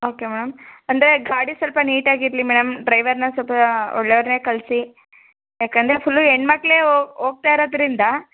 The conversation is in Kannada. ಓಕೆ ಮೇಡಮ್ ಅಂದರೆ ಗಾಡಿ ಸ್ವಲ್ಪ ನೀಟಾಗಿ ಇರಲಿ ಮೇಡಮ್ ಡ್ರೈವರ್ನ ಸ್ವಲ್ಪ ಒಳ್ಳೆಯವ್ರ್ನೆ ಕಳಿಸಿ ಏಕೆಂದ್ರೆ ಫುಲ್ಲು ಹೆಣ್ಮಕ್ಳೆ ಓ ಹೋಗ್ತಾಯಿರೋದ್ರಿಂದ